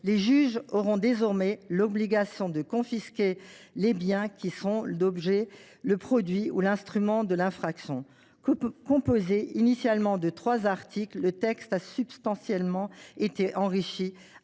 Les juges auront désormais l’obligation de confisquer les biens qui sont l’objet, le produit ou l’instrument de l’infraction. Composé initialement de trois articles, le texte a substantiellement été enrichi